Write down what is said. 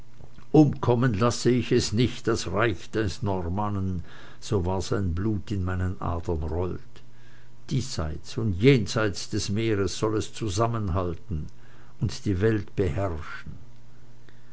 umkommen lasse ich es nicht das reich des normannen so wahr sein blut in meinen adern rollt diesseits und jenseits des meeres soll es zusammenhalten und die welt beherrschen